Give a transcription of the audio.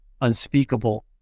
unspeakable